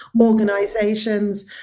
Organizations